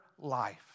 life